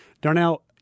Darnell